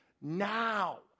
now